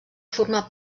format